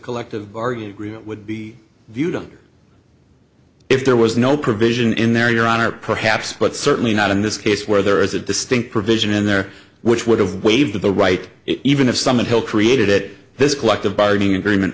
collective bargaining agreement would be beautiful if there was no provision in there your honor perhaps but certainly not in this case where there is a distinct provision in there which would have waived the right it even if some until created it this collective bargaining agreement